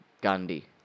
Gandhi